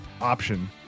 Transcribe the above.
option